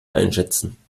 einschätzen